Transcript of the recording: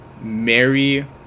Mary